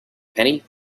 penny